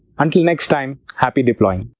until next time, happy deploying!